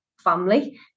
Family